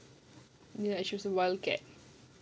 you know I chose a wild cat